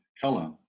color